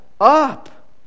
up